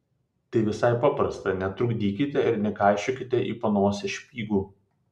tai visai paprasta netrukdykite ir nekaišiokite į panosę špygų